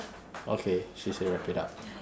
okay she say wrap it up